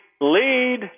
lead